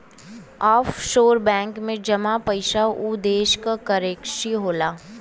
offshore bank में जमा पइसा उ देश क करेंसी होला